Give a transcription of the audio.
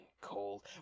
cold